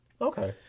Okay